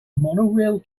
monorail